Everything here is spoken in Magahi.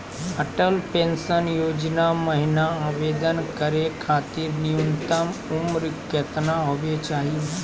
अटल पेंसन योजना महिना आवेदन करै खातिर न्युनतम उम्र केतना होवे चाही?